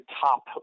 top